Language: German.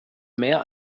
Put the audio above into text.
mehr